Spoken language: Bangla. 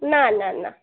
না না না